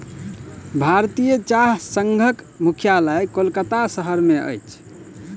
भारतीय चाह संघक मुख्यालय कोलकाता शहर में अछि